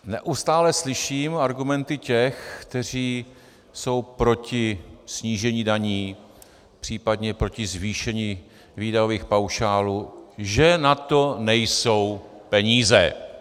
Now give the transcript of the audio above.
Neustále slyším argumenty těch, kteří jsou proti snížení daní, případně proti zvýšení výdajových paušálů, že na to nejsou peníze.